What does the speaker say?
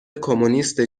کمونیست